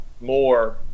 more